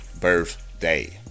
birthday